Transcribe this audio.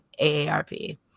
AARP